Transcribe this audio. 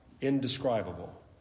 Indescribable